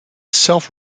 self